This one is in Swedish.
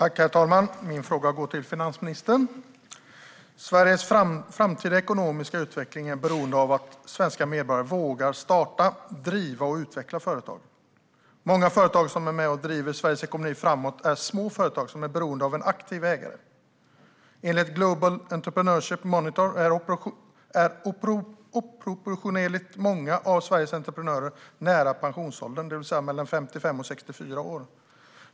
Herr talman! Min fråga går till finansministern. Sveriges framtida ekonomiska utveckling är beroende av att svenska medborgare vågar starta, driva och utveckla företag. Många företag som är med och driver Sveriges ekonomi framåt är små företag som är beroende av en aktiv ägare. Enligt Global Entrepreneurship Monitor är oproportionerligt många av Sveriges entreprenörer nära pensionsåldern, det vill säga mellan 55 och 64 år gamla.